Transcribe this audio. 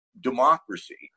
democracy